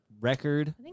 Record